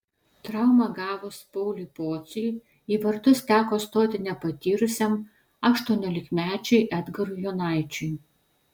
traumą gavus pauliui pociui į vartus teko stoti nepatyrusiam aštuoniolikmečiui edgarui jonaičiui